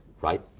right